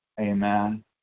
Amen